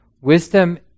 Wisdom